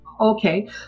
Okay